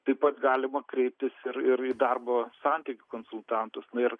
taip pat galima kreiptis ir ir į darbo santykių konsultantus na ir